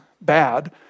bad